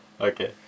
okay